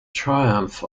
triumph